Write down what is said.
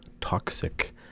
Toxic